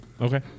okay